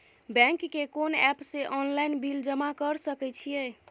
Bank के कोन app से ऑनलाइन बिल जमा कर सके छिए?